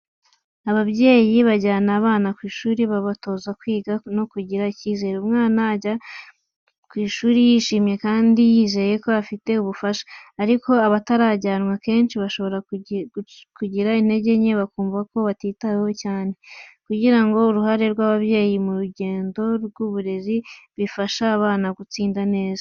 Ababyeyi bajyana abana ku ishuri baba babatoza gukunda kwiga no kugira icyizere. Umwana ajya ku ishuri yishimye kandi yizeye ko afite ubufasha. Ariko abatarajyanwa, kenshi bashobora kugira intege nke, bakumva ko batitaweho cyane. Kugira uruhare rw’ababyeyi mu rugendo rw’uburezi, bifasha abana gutsinda neza.